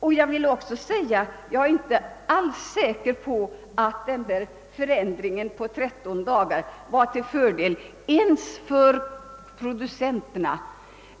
Jag vill också säga att jag inte alls är säker på att denna förändring under 13 dagar var till fördel ens för producenterna.